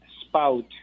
spout